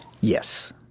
Yes